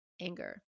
anger